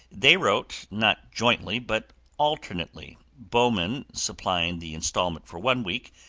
they wrote, not jointly but alternately, bowman supplying the installment for one week,